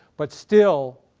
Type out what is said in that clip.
but still,